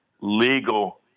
Legal